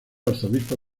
arzobispo